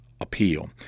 appeal